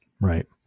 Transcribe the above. Right